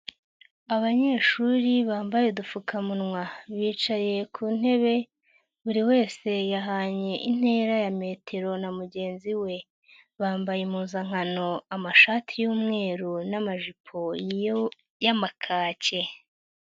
Abanyeshuri bambaye udupfukamunwa, bicaye ku ntebe buri wese yahanye intera ya metero na mugenzi we, bambaye impuzankano amashati y'umweru n'amajipo yo y'amakake.